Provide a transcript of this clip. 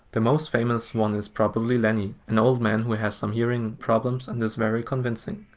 the most famous one is probably lenny, and old man who has some hearing problems and is very convincing.